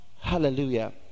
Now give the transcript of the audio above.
Hallelujah